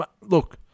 look